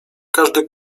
każdy